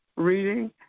reading